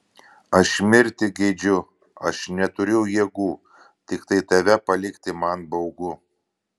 aš mirti geidžiu aš neturiu jėgų tiktai tave palikti man baugu